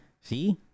See